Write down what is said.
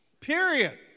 Period